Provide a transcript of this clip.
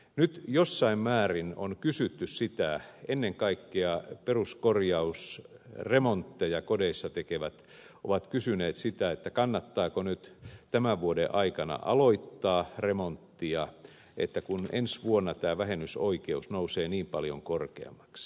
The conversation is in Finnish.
nyt jossain määrin on kysytty sitä ennen kaikkea peruskorjausremontteja kodeissa tekevät ovat kysyneet sitä kannattaako nyt tämän vuoden aikana aloittaa remonttia kun ensi vuonna tämä vähennysoikeus nousee niin paljon korkeammaksi